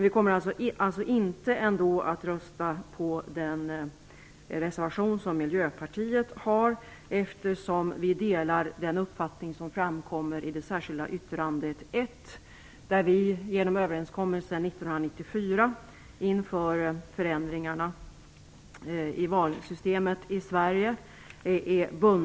Vi kommer ändå inte att rösta på Miljöpartiets reservation, eftersom vi delar den uppfattning som framkommer i det särskilda yttrandet 1, där vi är bundna av en överenskommelse 1994 om förändringar i valsystemet i Sverige.